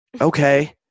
Okay